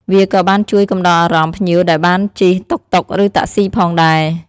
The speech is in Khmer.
វាក៏បានជួយកំដរអារម្មណ៍ភ្ញៀវដែលបានជិះតុកតុកឬតាក់ស៊ីផងដែរ។